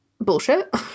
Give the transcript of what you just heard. bullshit